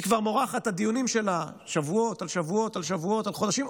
והיא כבר מורחת את הדיונים שלה שבועות על שבועות על שבועות על חודשים,